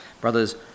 Brothers